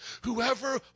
whoever